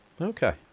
Okay